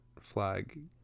flag